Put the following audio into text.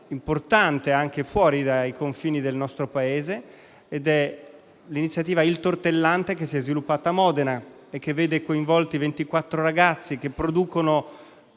importante anche fuori dai confini del nostro Paese. La prima è l'iniziativa «Il Tortellante», che si è sviluppata a Modena e che vede coinvolti 24 ragazzi che producono